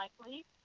likely